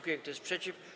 Kto jest przeciw?